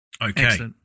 Okay